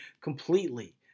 completely